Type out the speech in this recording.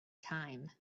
time